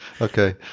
Okay